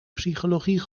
psychologie